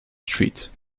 street